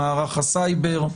מערך הסייבר,